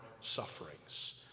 sufferings